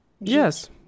Yes